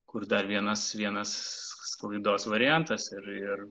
kur dar vienas vienas sklaidos variantas ir ir